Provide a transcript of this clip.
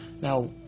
Now